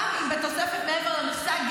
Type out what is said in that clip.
גם אם בתוספת שמעבר למכסה,